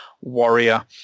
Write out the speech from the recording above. Warrior